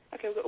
Okay